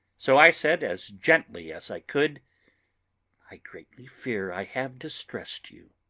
so i said as gently as i could i greatly fear i have distressed you.